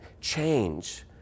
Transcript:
change